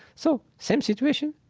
so same situation,